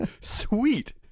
sweet